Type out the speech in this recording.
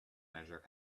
measure